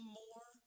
more